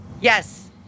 Yes